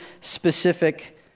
specific